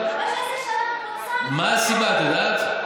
15 שנה פורסם, מה הסיבה, את יודעת?